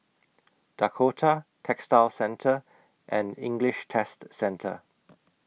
Dakota Textile Centre and English Test Centre